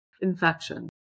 infection